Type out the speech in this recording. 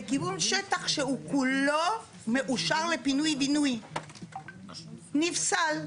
לכיוון שטח שהוא כולו מאושר לפינוי בינוי, נפסל,